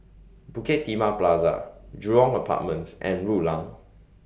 Bukit Timah Plaza Jurong Apartments and Rulang